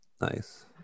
Nice